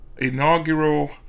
Inaugural